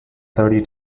thirty